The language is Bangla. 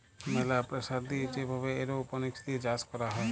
ম্যালা প্রেসার দিয়ে যে ভাবে এরওপনিক্স দিয়ে চাষ ক্যরা হ্যয়